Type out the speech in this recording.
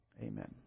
Amen